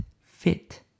fit